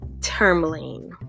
tourmaline